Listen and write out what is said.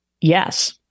Yes